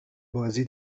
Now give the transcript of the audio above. بازی